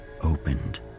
opened